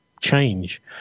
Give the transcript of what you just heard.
change